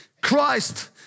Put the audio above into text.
Christ